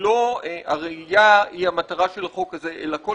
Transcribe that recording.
לא הרעייה היא מטרתו של חוק זה אלא כל